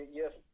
yes